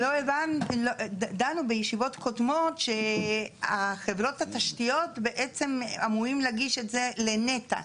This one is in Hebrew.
דנו בישיבות קודמות שחברות התשתיות בעצם אמורים להגיש את זה לנת"ע,